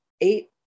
eight